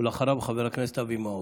ואחריו, חבר הכנסת אבי מעוז.